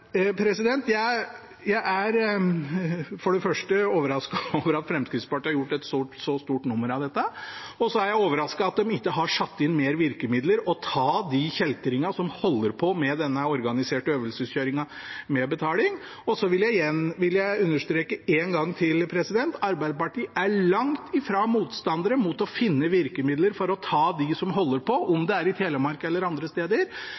Jeg er for det første overrasket over at Fremskrittspartiet har gjort et så stort nummer av dette, og så er jeg overrasket over at de ikke har satt inn flere virkemidler for å ta de kjeltringene som holder på med denne organiserte øvelseskjøringen for betaling. Og så vil jeg understreke én gang til at Arbeiderpartiet langt ifra er motstandere av å finne virkemidler for å ta dem som holder på, om det er i Telemark eller andre steder.